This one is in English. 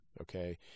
Okay